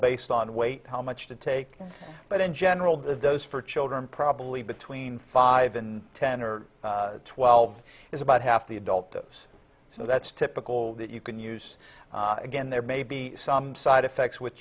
based on weight how much to take but in general that those for children probably between five and ten or twelve is about half the adult lives so that's typical that you can use again there may be some side effects with